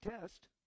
test